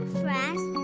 friends